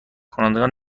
کنندگان